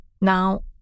Now